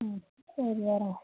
ம் சரி வரோங்க